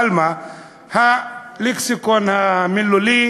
אבל מה, הלקסיקון המילולי